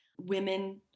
Women